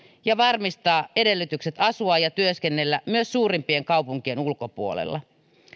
ja varmistaa edellytykset asua ja työskennellä myös suurimpien kaupunkien ulkopuolella